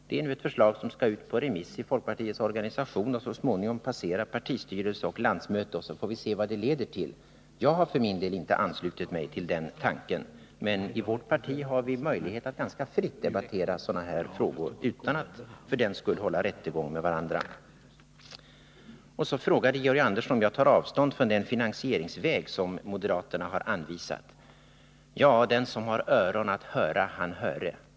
Det är ett förslag som skall ut på remiss i folkpartiets organisation och som så småningom skall passera partistyrelse och landsmöte. Sedan får vi se vad det leder till. Jag för min del har inte anslutit mig till den tanken, men i vårt parti har vi möjlighet att ganska fritt debattera frågor av det här slaget utan att för den skull behöva hålla rättegång med varandra. Georg Andersson frågade om jag tar avstånd från den finansieringsväg som moderaterna har anvisat. Ja, den som haver öron till att höra, han höre.